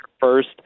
first